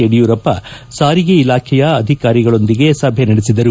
ಯಡಿಯೂರಪ್ಪ ಸಾರಿಗೆ ಇಲಾಖೆಯ ಅಧಿಕಾರಿಗಳೊಂದಿಗೆ ಸಭೆ ನಡೆಸಿದರು